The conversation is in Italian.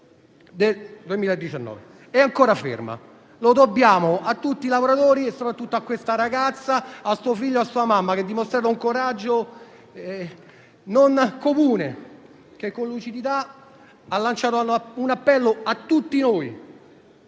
è ancora ferma. Lo dobbiamo a tutti lavoratori e, soprattutto, a questa ragazza, a suo figlio e a sua mamma, che ha dimostrato un coraggio non comune, lanciando con lucidità un appello a tutti noi.